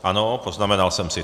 Ano, poznamenal jsem si.